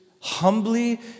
humbly